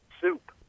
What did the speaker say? soup